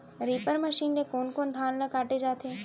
Reaper machine ले कोन कोन धान ल काटे जाथे?